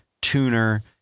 tuner